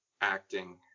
acting